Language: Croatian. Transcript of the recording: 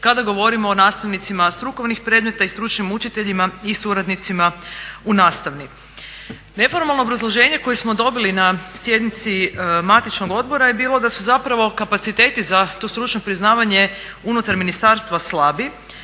kada govorimo o nastavnicima strukovnih predmeta i stručnim učiteljima i suradnicima u nastavi. Neformalno obrazloženje koje smo dobili na sjednici matičnog odbora je bilo da su zapravo kapaciteti za to stručno priznavanje unutar ministarstva slabi,